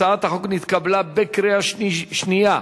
הצעת החוק נתקבלה בקריאה שנייה.